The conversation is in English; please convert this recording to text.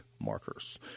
markers